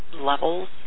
levels